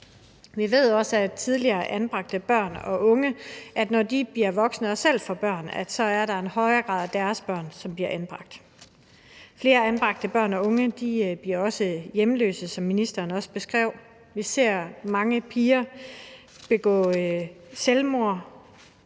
Vi ved også, at når tidligere anbragte børn og unge bliver voksne og selv får børn, er der en højere grad af deres børn, som bliver anbragt. Flere anbragte børn og unge bliver også hjemløse, som ministeren også beskrev. Vi ser mange piger begå selvmord,